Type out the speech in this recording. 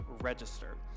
register